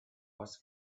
was